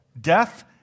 Death